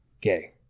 gay